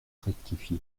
rectifié